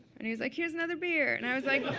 and he was like, here's another beer. and i was like,